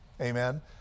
Amen